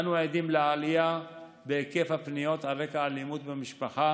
אנו עדים לעלייה בהיקף הפניות על רקע אלימות במשפחה